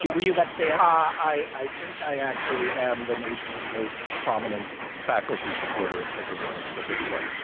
were you about to say? um ah i i think i actually am the nation's most prominent faculty supporter of trigger warnings at this point.